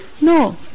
no